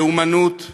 ללאומנות ולשנאה.